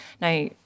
now